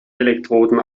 elektroden